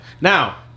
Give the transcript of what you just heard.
Now